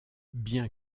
bien